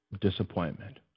disappointment